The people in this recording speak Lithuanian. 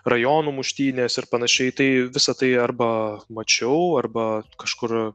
rajonų muštynės ir panašiai tai visa tai arba mačiau arba kažkur